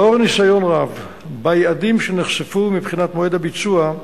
לאור ניסיון רב ביעדים שנחשפו מבחינת מועד הביצוע,